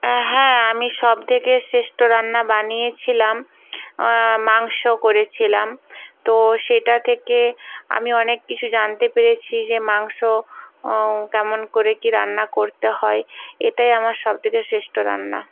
অ্যা হ্যাঁ আমি সবথেকে শ্রেষ্ঠ রান্না বানিয়েছিলাম মাংস করেছিলাম তো সেটা থেকে আমি অনেক কিছু জানতে পেরেছি যে মাংস কেমন করে কী রান্না করতে হয় এটাই আমার সবথেকে শ্রেষ্ঠ রান্না